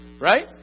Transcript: Right